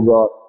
God